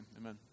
amen